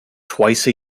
twice